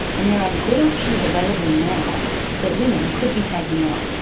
and there are good options available now that women could be taking up.